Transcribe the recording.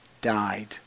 died